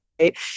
Right